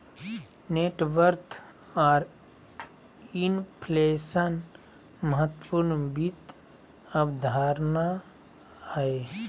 net worth आर inflation महत्वपूर्ण वित्त अवधारणा हय